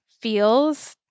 feels